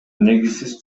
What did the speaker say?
негизсиз